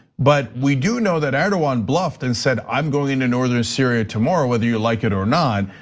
but we do know that everyone bluffed and said i'm going into northern syria tomorrow, whether you like it or not.